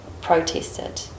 protested